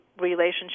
relationship